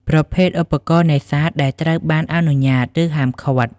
ប្រភេទឧបករណ៍នេសាទដែលត្រូវបានអនុញ្ញាត ឬហាមឃាត់។